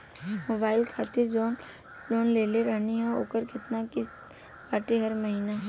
Mobile खातिर जाऊन loan लेले रहनी ह ओकर केतना किश्त बाटे हर महिना?